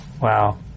Wow